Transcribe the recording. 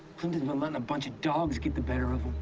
plimpton won't mind a bunch of dogs get the better of him.